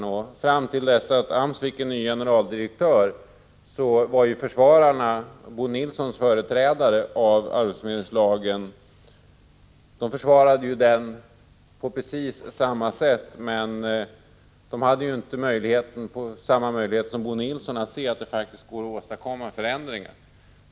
Och fram till dess att AMS fick en ny generaldirektör försvarades arbetsförmedlingslagen av Bo Nilssons företrädare på precis samma sätt, men de hade inte samma möjlighet som Bo Nilsson att se att det faktiskt går att åstadkomma förändringar.